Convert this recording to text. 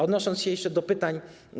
Odniosę się jeszcze do pytań.